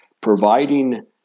providing